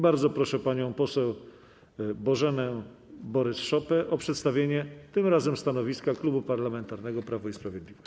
Bardzo proszę panią poseł Bożenę Borys-Szopę o przedstawienie tym razem stanowiska Klubu Parlamentarnego Prawo i Sprawiedliwość.